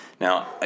Now